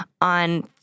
on